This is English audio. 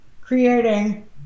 creating